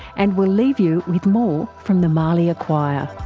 and we'll leave you with more from the marliya choir